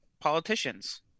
politicians